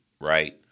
Right